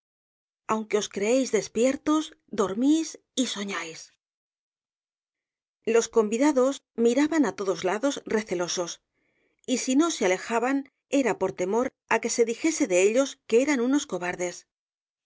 que os creéis despiertos dormís y soñáis los convidados miraban á todos lados recelosos y si no se alejaban era por temor á que se dijese de ellos que eran unos cobardes